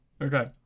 Okay